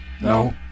no